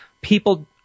people